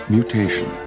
Mutation